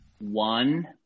one